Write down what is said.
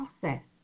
process